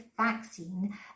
vaccine